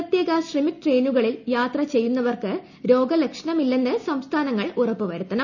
പ്രത്യേക ശ്രമിക് ട്രെയിനുകളിൽ യാത്ര ചെയ്യുന്നവർക്കു രോഗലക്ഷണമില്ലെന്ന് സംസ്ഥാനങ്ങൾ ഉറപ്പുവരുത്തണം